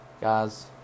guys